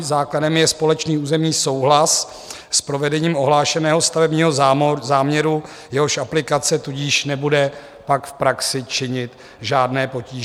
Základem je společný územní souhlas s provedením ohlášeného stavebního záměru, jehož aplikace tudíž nebude pak v praxi činit žádné potíže.